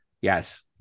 Yes